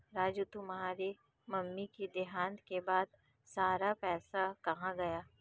राजू तुम्हारे मम्मी के देहांत के बाद सारा पैसा कहां गया?